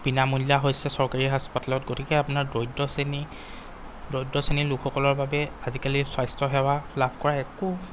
বিনামূলীয়া হৈছে চৰকাৰী হাস্পতালত গতিকে আপোনাৰ দৰিদ্ৰ শ্ৰেণী দৰিদ্ৰ শ্ৰেণীৰ লোকসকলৰ বাবে আজিকালি স্বাস্থ্য সেৱা লাভ কৰা একো